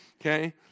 okay